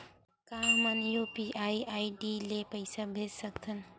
का हम UPI ID ले पईसा भेज सकथन?